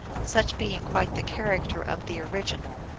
such being quite the character of the original.